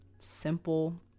simple